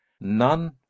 none